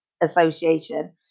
Association